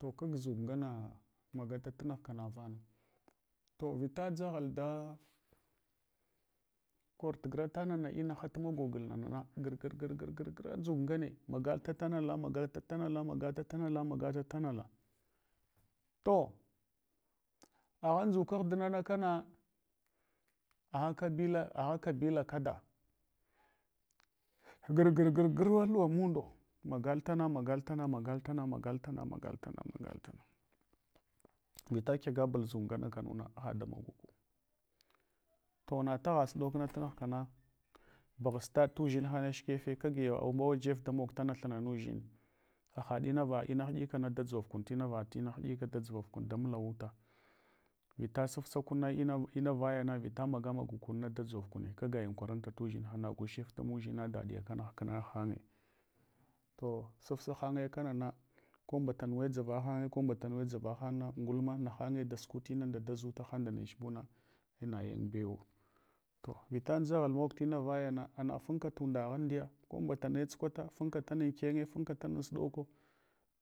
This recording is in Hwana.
To kag ndʒuk nguna magata tunughka navana. To vita dʒaghal da kor ghwata na na inaha tumogogul na na gir gir gir ndʒuk ngane, magata tanala, magata tanala, maga ta tanala, magata tanala. Toh agha ndʒuka agh dina na kana agha kabula, agha kabila kada gir, gir, gir gira luwa mundo, magal tana, magal tana, magal tana, magal tana, magal tana maga tana. kyagabul ndʒuk nganuna haɗa maguku. To na tagha sudokna tunghka na, bughataɗ tudʒinhana shikefe kagiya umbawa jef damog tana thunana udʒin, hahaɗ inava ina hiɗikana da dʒov kun da mulawu ta, vita safsakuna ina, inavayana vita maga magamakuna dadʒov kune, kayayin kwaranta tudʒinhana gushifta mudʒina daɗiya kana hkna hange, to safsa hanya kanana, ko mbata nuwe dʒava hangna ngulma nahanye da suku tinanda daʒutahan ndech buna ei nayin bewo. To vita ndʒa ghal mog tina vayana ana funka tunda ghamdiya ko mbatane tsukwata funka tana ankene funka tana ansuɗoko,